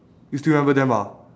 you still remember them or not